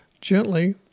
gently